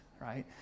right